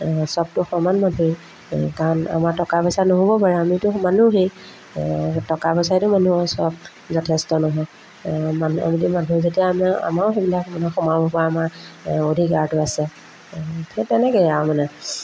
চবটো সমান মানুহেই কাৰণ আমাৰ টকা পইচা নহ'ব পাৰে আমিতো মানুহেই সেই টকা পইচাইতো মানুহ চব যথেষ্ট নহয় মানুহ আমি মানুহে যেতিয়া আমাৰ আমাৰো সেইবিলাক মানে সোমাব পৰা আমাৰ অধিকাৰটো আছে সেই তেনেকৈয়ে আৰু মানে